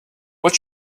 what